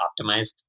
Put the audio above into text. optimized